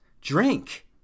drink